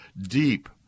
deep